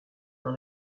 dans